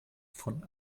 von